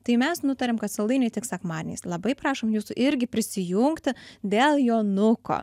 tai mes nutarėm kad saldainiai tik sekmadieniais labai prašom jūsų irgi prisijungti dėl jonuko